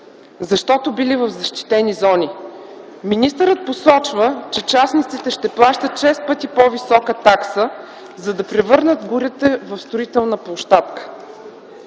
защото били в защитени зони. Министърът посочва, че частниците ще плащат шест пъти по-висока такса, за да превърнат горите в строителна площадка.